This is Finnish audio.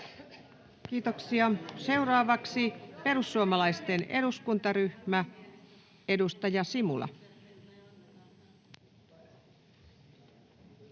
Kiitoksia. — Seuraavaksi perussuomalaisten eduskuntaryhmä. — Edustaja Simula.